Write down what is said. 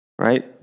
right